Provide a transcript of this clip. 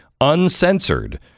uncensored